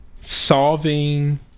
solving